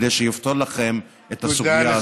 כדי שיפתור לכם את הסוגיה הסבוכה.